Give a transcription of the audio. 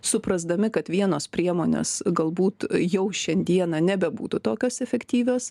suprasdami kad vienos priemonės galbūt jau šiandieną nebebūtų tokios efektyvios